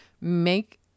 make